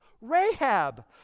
Rahab